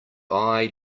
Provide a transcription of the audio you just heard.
eye